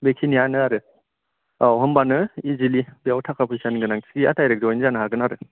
बेखिनियानो आरो औ होमबानो इजिलि बेव थाखा फैसानि गोनांथि गैया दाइरेख जयेन जानो हागोन आरो